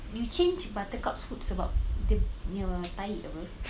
you change buttercup's foods sebab dia punya tahi apa